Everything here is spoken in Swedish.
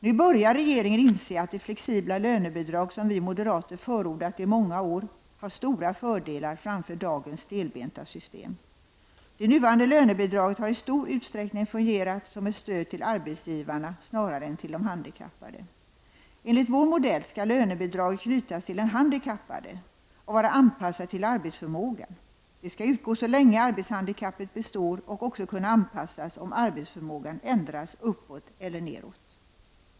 Nu börjar regeringen inse att det flexibla lönebidrag som vi moderater förordat i många år har stora fördelar framför dagens stelbenta system. Det nuvarande lönebidraget har i stor utsträckning fungerat som ett stöd till arbetsgivarna snarare än till de handikappade. Enligt vår modell skall lönebidraget knytas till den handikappade och vara anpassat till arbetsförmågan. Det skall utgå så länge arbetshandikappet består och också kunna anpassas om arbetsförmågan ändras uppåt eller neråt.